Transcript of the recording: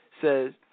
Says